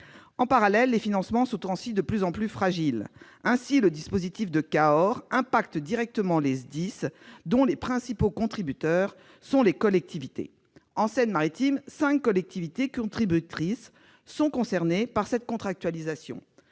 En parallèle, les financements s'effritent. Ainsi, le dispositif dit « de Cahors » impacte-t-il directement les SDIS, dont les principaux contributeurs sont les collectivités. En Seine-Maritime, cinq collectivités contributrices sont concernées par cette contractualisation